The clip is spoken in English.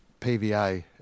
PVA